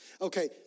okay